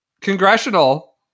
Congressional